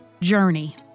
journey